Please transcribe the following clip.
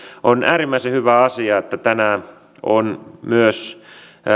on äärimmäisen hyvä asia että tänään ovat myös